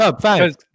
five